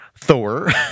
Thor